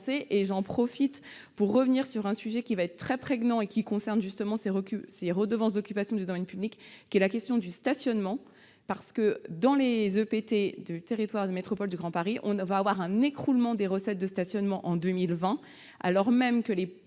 J'en profite pour revenir sur un sujet qui va être prégnant et qui concerne justement ces redevances d'occupation du domaine public : le stationnement. Dans les EPT du territoire de la métropole du Grand Paris, on va subir un écroulement des recettes de stationnement en 2020, alors même que les